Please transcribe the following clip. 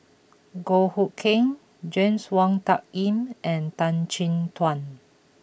Goh Hood Keng James Wong Tuck Yim and Tan Chin Tuan